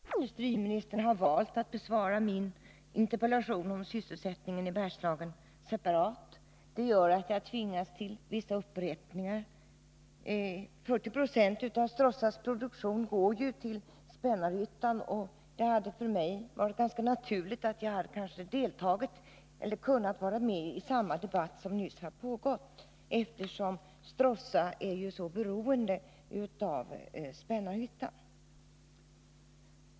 Herr talman! Jag får tacka industriministern för svaret. Industriministern har valt att besvara min interpellation om sysselsättningen i Bergslagen separat. Jag vet inte varför, men det gör att jag tvingas till vissa upprepningar. 40 96 av Stråssas produktion går till Spännarhyttan, och det hade för mig varit ganska naturligt att kunna delta i den debatt som nyss har förts, eftersom Stråssa är så beroende av Spännarhyttan.